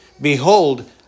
Behold